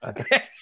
Okay